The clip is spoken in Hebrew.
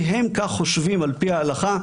כי הם כך חושבים על פי ההלכה,